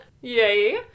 Yay